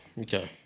Okay